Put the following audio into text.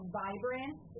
vibrant